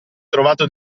trovato